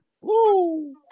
Woo